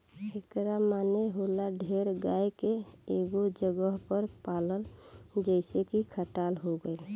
एकरा माने होला ढेर गाय के एगो जगह पर पलाल जइसे की खटाल हो गइल